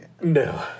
No